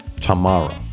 tomorrow